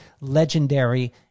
Legendary